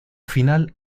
final